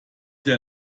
der